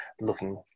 looking